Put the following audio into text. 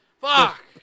Fuck